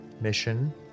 mission